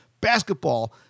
basketball